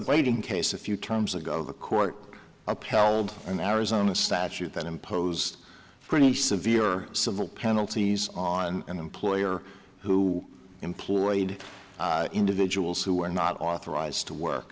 waiting case a few terms ago the court upheld an arizona statute that imposed pretty severe civil penalties on an employer who employed individuals who were not authorized to work